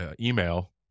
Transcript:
email